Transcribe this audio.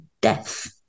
death